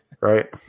right